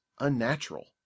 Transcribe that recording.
unnatural